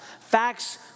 Facts